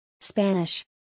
Spanish